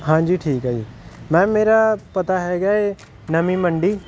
ਹਾਂਜੀ ਠੀਕ ਹੈ ਜੀ ਮੈਮ ਮੇਰਾ ਪਤਾ ਹੈਗਾ ਹੈ ਨਵੀਂ ਮੰਡੀ